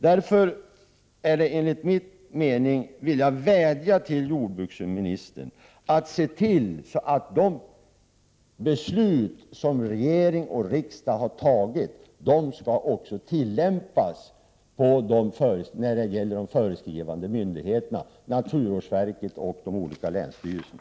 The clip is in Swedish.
Därför vill jag vädja till jordbruksministern att se till att de beslut som riksdagen och regeringen har fattat också tillämpas av de föreskrivande myndigheterna, naturvårdsverket och de olika länsstyrelserna.